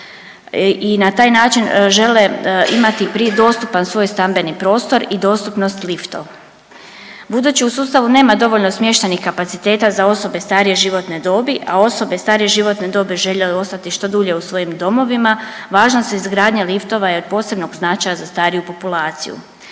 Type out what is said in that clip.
i na taj način žele imati dostupan svoj stambeni prostor i dostupnost liftom. Budući u sustavu nema dovoljno smještajnih kapaciteta za osobe starije životne dobi, a osobe starije životne dobi željele ostati što dulje u svojim domovima, važnost izgradnje liftova je od posebnog značaja za stariju populaciju.